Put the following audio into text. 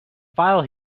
file